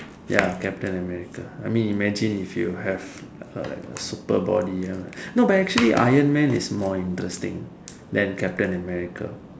ya captain-America I mean imagine if you have a like a super body no but actually Iron-man is more interesting than captain-America